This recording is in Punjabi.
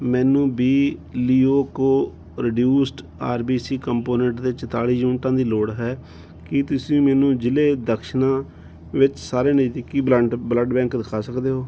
ਮੈਨੂੰ B leucoreduced R B C component ਦੇ ਚੁਤਾਲੀ ਯੂਨਿਟਾਂ ਦੀ ਲੋੜ ਹੈ ਕੀ ਤੁਸੀਂ ਮੈਨੂੰ ਜ਼ਿਲ੍ਹੇ ਦਕਸ਼ਿਨਾ ਵਿੱਚ ਸਾਰੇ ਨਜ਼ਦੀਕੀ ਬਲੰਡ ਬਲੱਡ ਬੈਂਕ ਦਿਖਾ ਸਕਦੇ ਹੋ